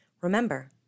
Remember